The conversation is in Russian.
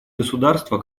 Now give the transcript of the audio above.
государство